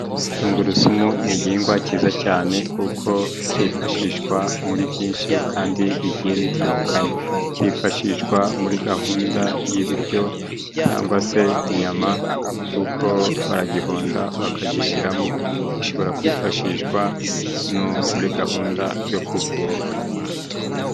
Tungurusumu ni igihingwa ciza cane kuko cifashishwa muri byinshi kandi bigiye bitandukanye. Cifashishwa muri gahunda y'ibiryo cangwa se inyama kuko baragihonda bakagishiramo. Gishobora kwifashishwa no muri gahunda yo kuvura.